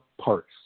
parts